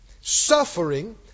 Suffering